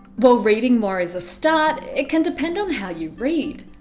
while reading more is a start, it can depend on how you read.